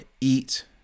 eat